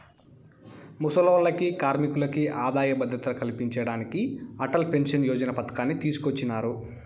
ముసలోల్లకి, కార్మికులకి ఆదాయ భద్రత కల్పించేదానికి అటల్ పెన్సన్ యోజన పతకాన్ని తీసుకొచ్చినారు